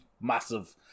massive